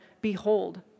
Behold